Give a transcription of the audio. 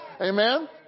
Amen